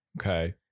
Okay